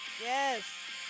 Yes